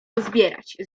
rozbierać